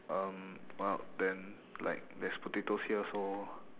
um well then like there's potatoes here so